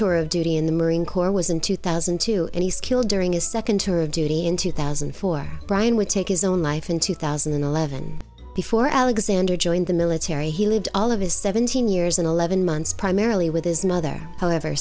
tour of duty in the marine corps was in two thousand and two and he's killed during his second tour of duty in two thousand and four brian would take his own life in two thousand and eleven before alexander joined the military he lived all of his seventeen years and eleven months primarily with his mother however